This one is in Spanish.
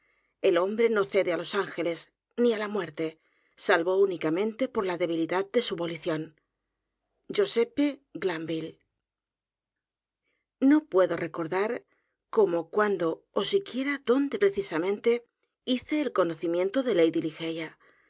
el hombre no cede álos ángeles ni á la muerte salvo únicamente por la debilidad de su volición josbph glanvill no puedo recordar cómo cuándo ó siquiera dónde precisamente hice el conocimiento de lady ligeia l